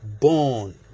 born